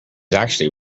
actually